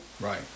Right